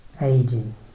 Aging